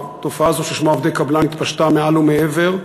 התופעה הזו ששמה עובדי קבלן התפשטה מעל ומעבר.